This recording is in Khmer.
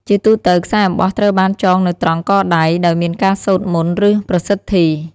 ជាទូទៅ ខ្សែអំបោះត្រូវបានចងនៅត្រង់ កដៃ ដោយមានការសូត្រមន្ត ឬប្រសិទ្ធី។